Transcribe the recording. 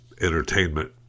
entertainment